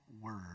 word